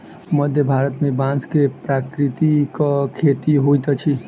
मध्य भारत में बांस के प्राकृतिक खेती होइत अछि